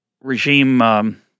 regime –